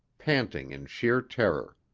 panting in sheer terror.